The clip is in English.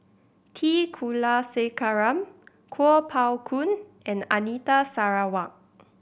T Kulasekaram Kuo Pao Kun and Anita Sarawak